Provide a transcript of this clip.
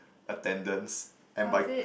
attendance and by